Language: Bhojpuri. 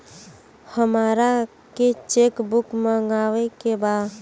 हमारा के चेक बुक मगावे के बा?